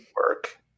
work